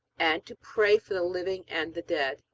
and to pray for the living and the dead.